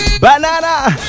Banana